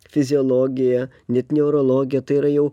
fiziologiją net neurologiją tai yra jau